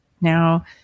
Now